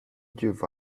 give